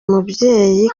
umubyeyi